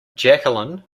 jacqueline